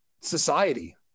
society